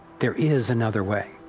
there is another way.